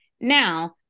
Now